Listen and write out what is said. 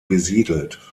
besiedelt